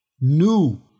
new